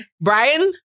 Brian